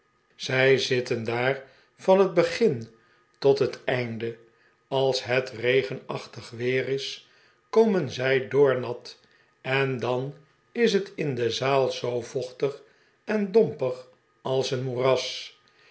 zij zitten daar van het begin tot het einde als het regenachtig weer is komen zij doornat en dan is het in de zaal zoo vochtig en dompig als een moeras